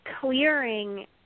clearing